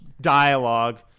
dialogue